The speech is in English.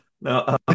No